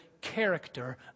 character